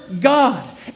God